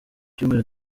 cyumweru